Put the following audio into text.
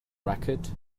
racket